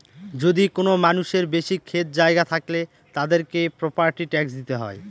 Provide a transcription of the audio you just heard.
যদি কোনো মানুষের বেশি ক্ষেত জায়গা থাকলে, তাদেরকে প্রপার্টি ট্যাক্স দিতে হয়